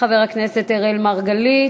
חבר הכנסת אראל מרגלית,